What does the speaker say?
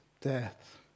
death